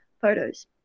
photos